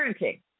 parenting